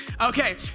Okay